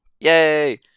Yay